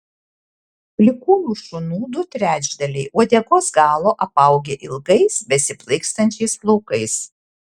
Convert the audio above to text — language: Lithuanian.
plikųjų šunų du trečdaliai uodegos galo apaugę ilgais besiplaikstančiais plaukais